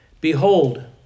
Behold